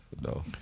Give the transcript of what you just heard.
No